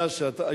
יקר, זה יקר.